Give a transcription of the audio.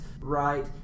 right